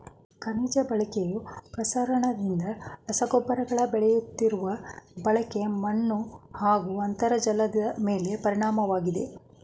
ಖನಿಜ ಬಳಕೆಯ ಪ್ರಸರಣದಿಂದ ರಸಗೊಬ್ಬರಗಳ ಬೆಳೆಯುತ್ತಿರುವ ಬಳಕೆ ಮಣ್ಣುಹಾಗೂ ಅಂತರ್ಜಲದಮೇಲೆ ಪರಿಣಾಮವಾಗಿದೆ